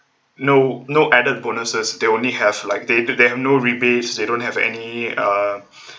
no no added bonuses they only have like they they have no rebates they don't have any uh